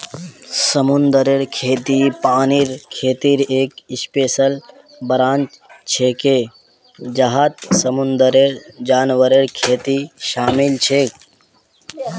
समुद्री खेती पानीर खेतीर एक स्पेशल ब्रांच छिके जहात समुंदरेर जानवरेर खेती शामिल छेक